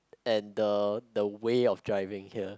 and the the way of driving here